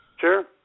Sure